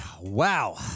wow